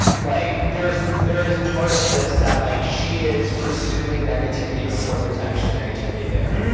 like there is there is part of this that like she is presuming negativity before there is actually negativity there.